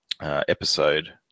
episode